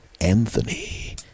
Anthony